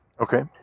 Okay